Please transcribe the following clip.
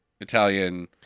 Italian